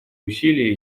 усилия